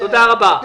תודה רבה.